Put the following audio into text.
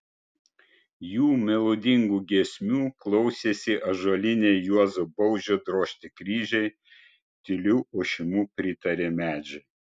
jų melodingų giesmių klausėsi ąžuoliniai juozo baužio drožti kryžiai tyliu ošimu pritarė medžiai